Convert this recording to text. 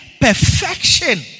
perfection